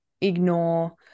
ignore